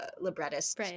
librettist